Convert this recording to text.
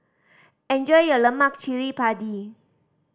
enjoy your lemak cili padi